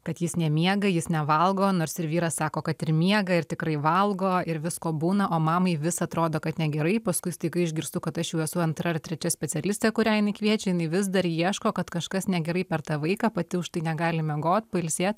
kad jis nemiega jis nevalgo nors ir vyras sako kad ir miega ir tikrai valgo ir visko būna o mamai vis atrodo kad negerai paskui staiga išgirstu kad aš jau esu antra ar trečia specialistė kurią jinai kviečia jinai vis dar ieško kad kažkas negerai per tą vaiką pati už tai negali miegot pailsėt